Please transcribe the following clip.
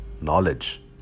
knowledge